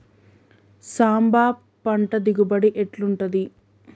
సాంబ పంట దిగుబడి ఎట్లుంటది?